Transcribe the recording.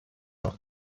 noch